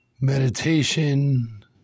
Meditation